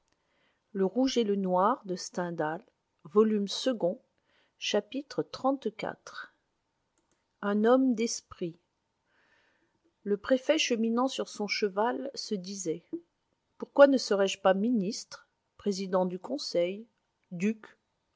chapitre xxxiv un homme d'esprit le préfet cheminant sur son cheval se disait pourquoi ne serais-je pas ministre président du conseil duc